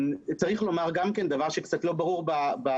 צריך לומר גם כן דבר שקצת לא ברור בשיחה.